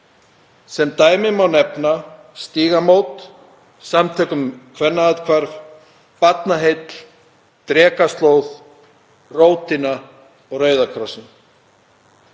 Sem dæmi má nefna Stígamót, Samtök um kvennaathvarf, Barnaheill, Drekaslóð, Rótina og Rauða krossinn.